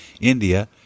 India